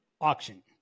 auction